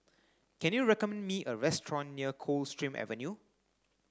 can you recommend me a restaurant near Coldstream Avenue